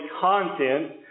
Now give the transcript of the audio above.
content